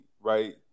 Right